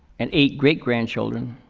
and eight great-grandchildren,